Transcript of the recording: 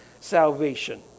salvation